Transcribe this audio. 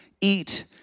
eat